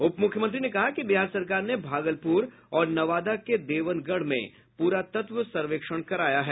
उप मुख्यमंत्री ने कहा कि बिहार सरकार ने भागलपुर और नवादा के देवनगढ़ में पुरातत्व सर्वेक्षण कराया है